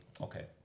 okay